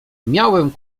miałem